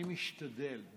אני משתדל,